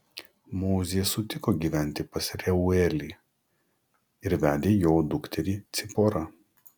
mozė sutiko gyventi pas reuelį ir vedė jo dukterį ciporą